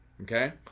okay